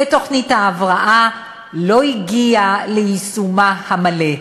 ותוכנית ההבראה לא הגיעה ליישומה המלא.